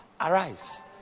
arrives